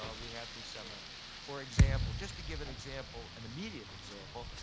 ah we have these seminars. for example, just to give an example, an immediate example,